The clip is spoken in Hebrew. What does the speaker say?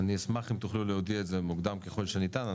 אני אשמח אם תוכלו להודיע על זה מוקדם ככל שניתן.